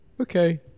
Okay